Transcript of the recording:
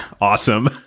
Awesome